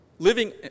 Living